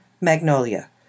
Magnolia